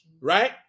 right